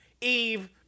eve